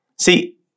See